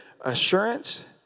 assurance